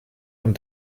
und